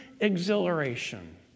exhilaration